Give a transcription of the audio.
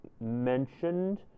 mentioned